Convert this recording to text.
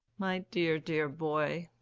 my dear, dear boy!